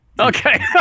Okay